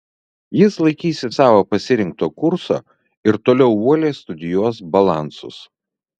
jis laikysis savo pasirinkto kurso ir toliau uoliai studijuos balansus